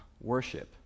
worship